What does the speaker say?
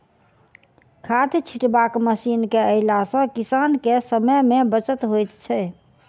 खाद छिटबाक मशीन के अयला सॅ किसान के समय मे बचत होइत छै